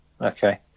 okay